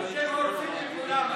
אתם הורסים לכולם.